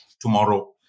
tomorrow